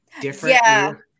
different